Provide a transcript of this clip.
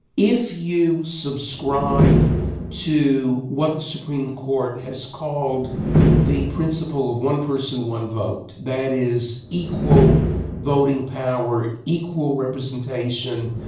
if you subscribe to what the supreme court has called the principle of one person, one vote, that is equal voting power, equal representation,